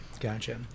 Gotcha